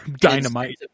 Dynamite